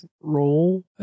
role